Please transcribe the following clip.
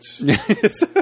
Yes